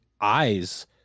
eyes